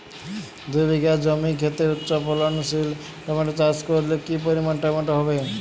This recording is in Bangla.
দুই বিঘা খেতে উচ্চফলনশীল টমেটো চাষ করলে কি পরিমাণ টমেটো হবে?